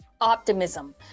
Optimism